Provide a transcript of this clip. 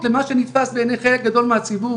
ולכן אני חושבת שבזה צריך להשקיע ולראות מעבר לסל,